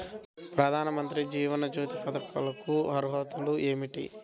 ప్రధాన మంత్రి జీవన జ్యోతి పథకంకు అర్హతలు ఏమిటి?